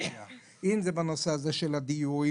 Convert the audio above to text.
אם בנושא דיור,